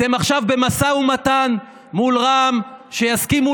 אתם עכשיו במשא מתן מול רע"מ שיסכימו